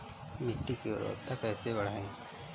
मिट्टी की उर्वरता कैसे बढ़ाएँ?